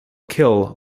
kill